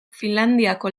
finlandiako